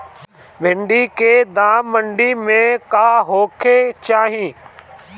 भिन्डी के दाम मंडी मे का होखे के चाही?